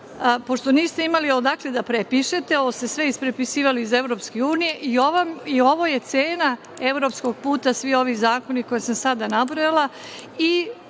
pošto niste imali odakle da prepišete, ovo ste sve isprepisivali iz EU i ovo je cena evropskog puta svi ovi zakoni koje sam sada nabrojala